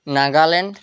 Nagaland